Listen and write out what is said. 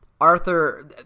Arthur